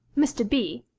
mr. b.